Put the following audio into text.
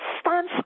stance